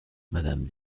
madame